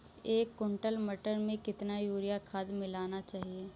एक कुंटल मटर में कितना यूरिया खाद मिलाना चाहिए?